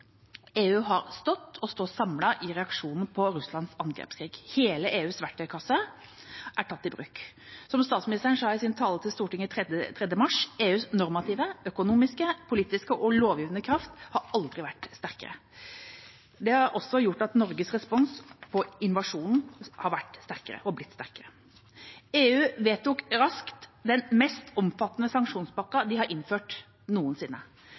EU har stått og står samlet i reaksjonen på Russlands angrepskrig. Hele EUs verktøykasse er tatt i bruk. Som statsministeren sa i sin tale til Stortinget 3. mars: «EUs normative, økonomiske, politiske og lovgivende kraft har aldri vært sterkere.» Det har også gjort at Norges respons på invasjonen har vært sterkere – og har blitt sterkere. EU vedtok raskt den mest omfattende sanksjonspakken de har innført noensinne.